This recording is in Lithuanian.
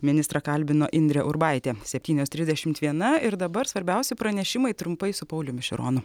ministrą kalbino indrė urbaitė septynios trisdešimt viena ir dabar svarbiausi pranešimai trumpai su pauliumi šironu